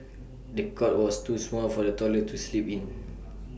the cot was too small for the toddler to sleep in